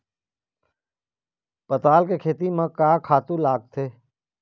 पताल के खेती म का का खातू लागथे?